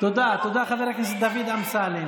תודה, תודה, חבר הכנסת דוד אמסלם.